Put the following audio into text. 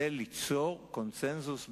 ליצור קונסנזוס בין-לאומי,